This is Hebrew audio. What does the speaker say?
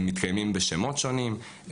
הם מתקיימים בשמות שונים,